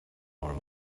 normal